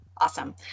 Awesome